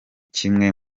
kimwe